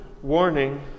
Warning